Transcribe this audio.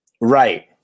Right